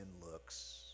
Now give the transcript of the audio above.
looks